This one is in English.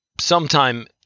sometime